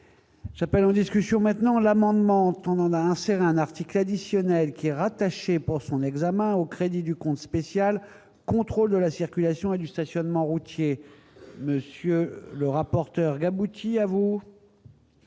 S'appelle aux discussions maintenant l'amendement on on a inséré un article additionnel, qui est rattachée, pour son examen au crédit du compte spécial, contrôle de la circulation et du. Stationnement routier, monsieur le rapporteur, qui avoue.